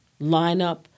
lineup